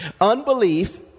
Unbelief